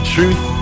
Truth